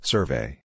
Survey